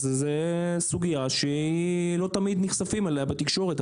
וזה סוגייה שלא תמיד נחשפים אליה בתקשורת,